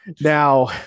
now